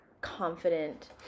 confident